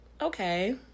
okay